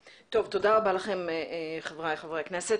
טוב, תודה רבה לכם חבריי חברי הכנסת.